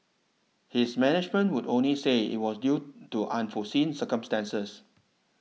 his management would only say it was due to unforeseen circumstances